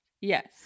Yes